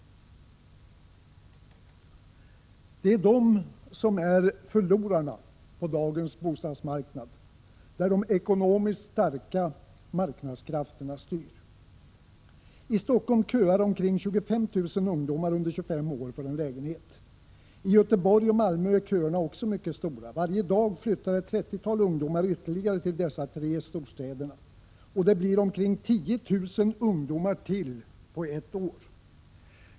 Det är de som är förlorarna på dagens bostadsmarknad, där de ekonomiskt starka marknadskrafterna styr. I Stockholm köar omkring 25 000 ungdomar under 25 år för en lägenhet. I Göteborg och Malmö är köerna också mycket stora. Varje dag flyttar ytterligare ett 30-tal ungdomar till de tre storstäderna — det blir omkring 10 000 ungdomar till på ett år!